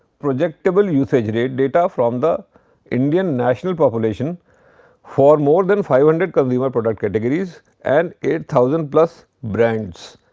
projectable usage rate data from the indian national population for more than five hundred consumer product categories and eight thousand plus brands.